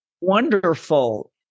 wonderful